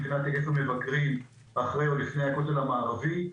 מבחינת היקף המבקרים אחרי או לפני הכותל המערבי.